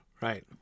Right